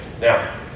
Now